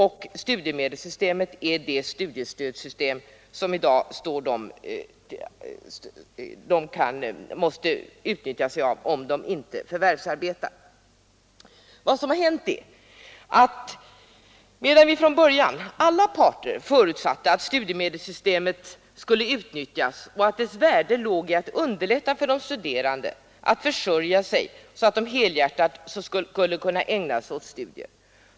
Studiemedelssystemet är det studiestödssystem som de i dag måste utnyttja, om de inte förvärvsarbetar. Vad som har hänt är följande. Från början förutsatte vi — alla parter — att studiemedelssystemet skulle utnyttjas och att dess värde låg i att det skulle underlätta för de studerande att försörja sig så att de helhjärtat kunde ägna sig åt studier.